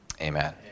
Amen